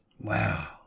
Wow